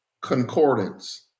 Concordance